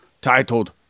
titled